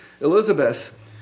Elizabeth